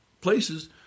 places